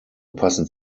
passen